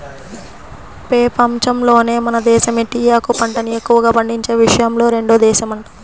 పెపంచంలోనే మన దేశమే టీయాకు పంటని ఎక్కువగా పండించే విషయంలో రెండో దేశమంట